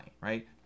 right